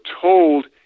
told